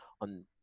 on